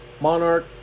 Monarch